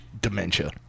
dementia